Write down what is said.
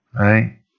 right